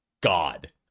God